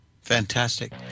Fantastic